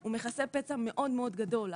הוא מכסה פצע מאוד מאוד גדול.